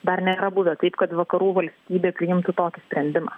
dar nėra buvę taip kad vakarų valstybė priimtų tokį sprendimą